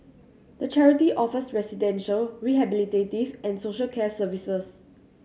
the charity offers residential rehabilitative and social care services